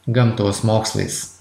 gamtos mokslais